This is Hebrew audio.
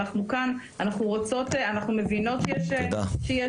אנחנו כאן, ואנחנו מבינות שיש